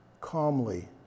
calmly